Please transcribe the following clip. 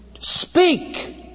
Speak